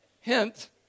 hint